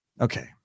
Okay